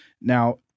Now